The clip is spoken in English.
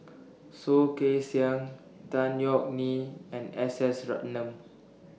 Soh Kay Siang Tan Yeok Nee and S S Ratnam